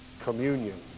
Communion